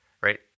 right